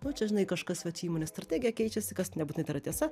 nu čia žinai kažkas va čia įmonės strategija keičiasi kas nebūtinai tai yra tiesa